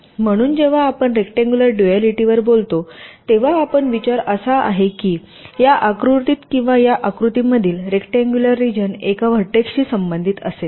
म्हणून जेव्हा आपण रेक्टांगुलर डूआलिटी वर बोलतो तेव्हा विचार असा आहे की या आकृतीत किंवा या आकृतीमधील रेक्टांगुलर रिजन एका व्हर्टेक्सशी संबंधित असेल